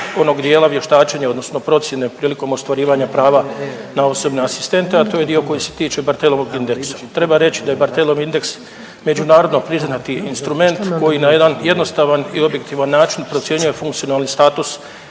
onog dijela vještačenja, odnosno procjene prilikom ostvarivanja prava na osobne asistente, a to je dio koji se tiče Barthelovog indeksa. Treba reći da je Bartelov indeks međunarodno priznati instrument koji na jedan jednostavan i objektivan način procjenjuje funkcionalni status